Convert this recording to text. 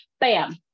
bam